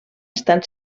estan